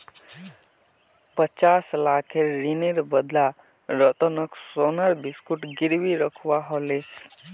पचास लाखेर ऋनेर बदला रतनक सोनार बिस्कुट गिरवी रखवा ह ले